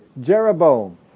Jeroboam